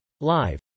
live